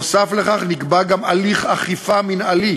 נוסף על כך נקבע גם הליך אכיפה מינהלי,